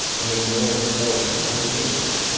and they mourned for him many days.